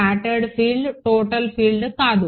scattered field total field కాదు